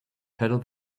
paddle